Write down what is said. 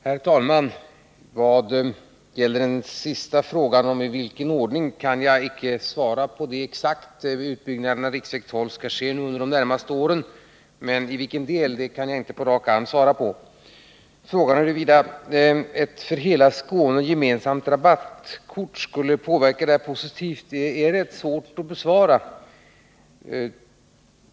Herr talman! Den sista frågan, i vilken ordning utbyggnaden av riksväg 12 skall göras, kan jag inte svara på exakt. Utbyggnaden skall ske under de närmaste åren, men i vilken del den skall påbörjas kan jag inte ge besked om på rak arm. Frågan huruvida ett för hela Skåne gemensamt rabattkort skulle påverka Nr 54 kollektivtrafiken positivt är också rätt svår att besvara.